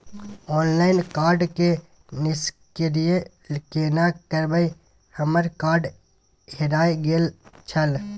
Online card के निष्क्रिय केना करबै हमर कार्ड हेराय गेल छल?